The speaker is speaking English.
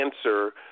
answer